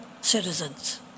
citizens